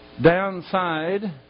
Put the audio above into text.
downside